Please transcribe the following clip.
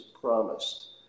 promised